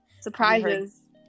Surprises